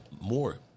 more